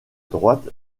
droite